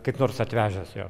kaip nors atvežęs jo